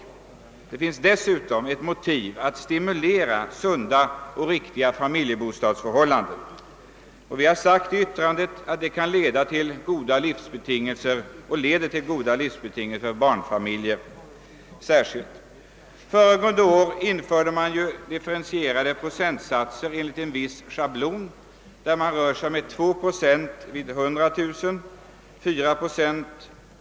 Vi framhåller vidare, att det för samhället finns anledning att stimulera till sunda och riktiga familjebostadsförhållanden, som medverkar till goda livsbetingelser inte minst för barnfamiljer. Förra året infördes en inkomstberäkning efter differentierade procentsatser på taxeringsvärdet enligt en viss schablon. För fastighet med taxeringsvärde icke överstigande 100 000 kronor upptas bruttointäkten till 2 procent av taxeringsvärdet.